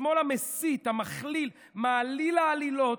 השמאל המסית, המכליל, מעליל העלילות,